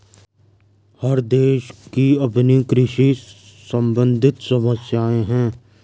हर देश की अपनी कृषि सम्बंधित समस्याएं हैं